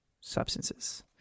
substances